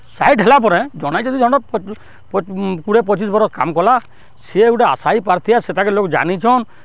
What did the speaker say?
side ହେଲା ପରେ ଜଣେ ଯଦି ଜଣେ କୁଡ଼େ ପଚିଶ୍ ବରଷ୍ କାମ୍ କଲା ସେ ଗୁଟେ ଆଶାୟୀ ପ୍ରାର୍ଥୀ ସେଟାକେ ଲୋକ୍ ଜାନିଛନ୍